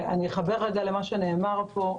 אני אחבר למה שנאמר פה,